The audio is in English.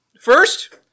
First